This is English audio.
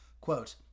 Quote